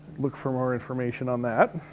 look for more information on that.